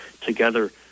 together